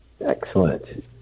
Excellent